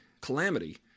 calamity